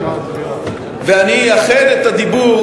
ואני אייחד את הדיבור